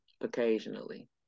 occasionally